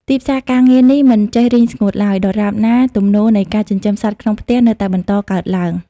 ទីផ្សារការងារនេះមិនចេះរីងស្ងួតឡើយ ដរាបណាទំនោរនៃការចិញ្ចឹមសត្វក្នុងផ្ទះ នៅតែបន្តកើនឡើង។